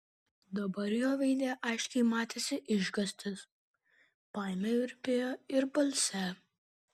dabar jo veide aiškiai matėsi išgąstis baimė virpėjo ir balse